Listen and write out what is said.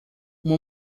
uma